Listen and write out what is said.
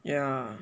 ya